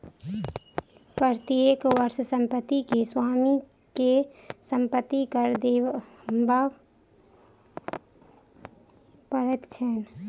प्रत्येक वर्ष संपत्ति के स्वामी के संपत्ति कर देबअ पड़ैत छैन